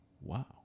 wow